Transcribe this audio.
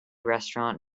restaurant